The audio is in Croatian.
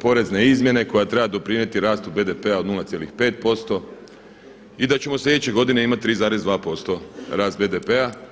porezne izmjene koja treba doprinijeti rastu BDP-a od 0,5% i da ćemo sljedeće godine imati 3,2% rast BDP-a.